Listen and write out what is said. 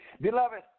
Beloved